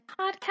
podcast